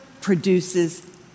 produces